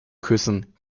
küssen